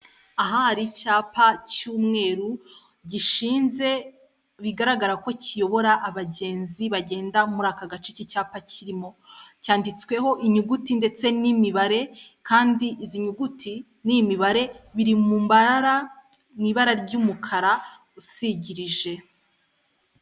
Ahari icyapa cy'umweru gishinze bigaragara ko kiyobora abagenzi bagenda muri aka gace iki cyapa kirimo, cyanditsweho inyuguti ndetse n'imibare kandi izi nyuguti n'iyi mibare biri mu ibara ry'umukara usigirije.